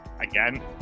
again